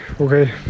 okay